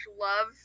love